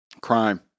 crime